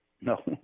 No